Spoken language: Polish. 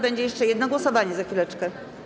Będzie jeszcze jedno głosowanie za chwileczkę.